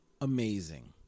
amazing